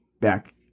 back